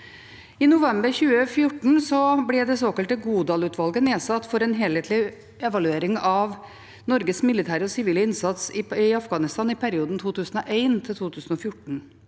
I november 2014 ble det såkalte Godal-utvalget nedsatt for en helhetlig evaluering av Norges militære og sivile innsats i Afghanistan i perioden 2001–2014.